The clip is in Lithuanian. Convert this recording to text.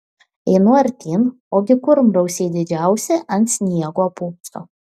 einu artyn ogi kurmrausiai didžiausi ant sniego pūpso